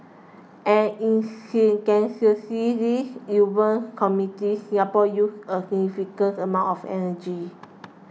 an intensively urban community Singapore uses a significant amount of energy